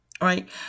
Right